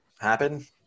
happen